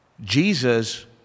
Jesus